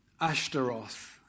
Ashtaroth